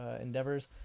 endeavors